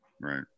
Right